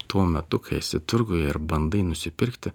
tuo metu kai esi turguje ir bandai nusipirkti